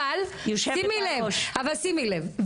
אבל שימי לב,